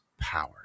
power